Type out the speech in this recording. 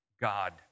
God